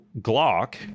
Glock